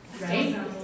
right